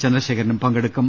ചന്ദ്രശേഖരനും പങ്കെടുക്കും